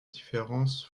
différence